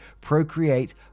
procreate